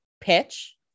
pitch